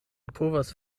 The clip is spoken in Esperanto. povas